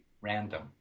random